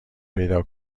پیدا